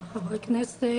תודה לחברי הכנסת,